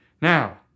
Now